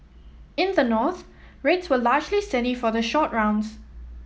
in the North rates were largely steady for the short rounds